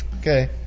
Okay